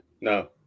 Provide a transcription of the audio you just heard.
No